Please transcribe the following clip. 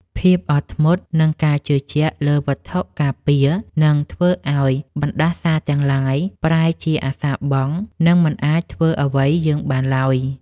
ភាពអត់ធ្មត់និងការជឿជាក់លើវត្ថុការពារនឹងធ្វើឱ្យបណ្តាសាទាំងឡាយប្រែជាអសារបង់និងមិនអាចធ្វើអ្វីយើងបានឡើយ។